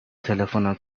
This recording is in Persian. تلفنم